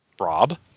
rob